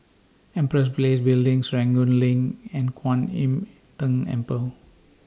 Empress Place Building Serangoon LINK and Kwan Im Tng Temple